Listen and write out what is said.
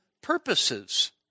purposes